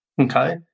okay